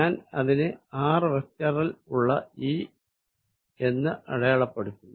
ഞാൻ ഇതിനെ r വെക്റ്ററിൽ ഉള്ള E എന്ന അടയാളപ്പെടുത്തുന്നു